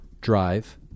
drive